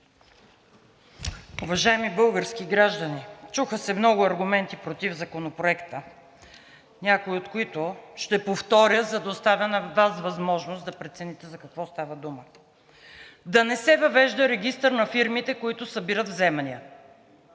Уважаеми български граждани, чуха се много аргументи против Законопроекта – някои, от които ще повторя, за да оставя на Вас възможност да прецените за какво става дума. Да не се въвежда регистър на фирмите, които събират вземания.